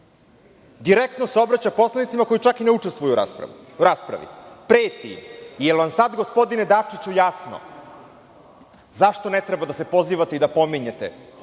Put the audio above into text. Direktno se obraća poslanicima koji čak i ne učestvuju u raspravi, preti im. Da li vam je sada, gospodine Dačiću, jasno zašto ne treba da se pozivate i da pominjete